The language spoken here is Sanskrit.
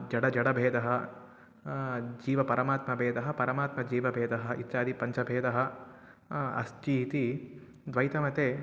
जडजडभेदः जीवपरमात्माभेदः परमात्मजीवभेदः इत्यादि पञ्चभेदाः अस्ति इति द्वैतमते